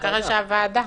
רק אחרי אישור הוועדה.